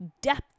depth